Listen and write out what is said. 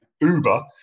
uber